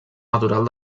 natural